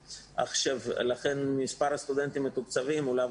לכן מספר הסטודנטים המתוקצבים הוא לאו